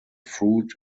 fruit